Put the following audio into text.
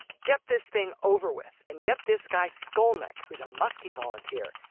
get this thing over with and get this guy skolnik, who's a muskie volunteer,